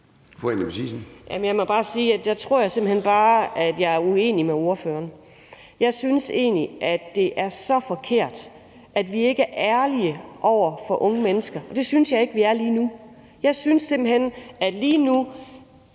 jeg må sige, at jeg er uenig med ordføreren. Jeg synes egentlig, at det er så forkert, at vi ikke er ærlige over for unge mennesker, og det synes jeg ikke vi er lige nu. Jeg synes simpelt hen, at vi lige nu